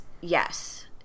yes